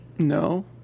No